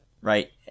right